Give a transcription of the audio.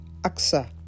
Aksa